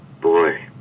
boy